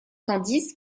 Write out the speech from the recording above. tandis